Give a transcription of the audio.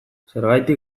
zergatik